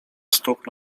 stóp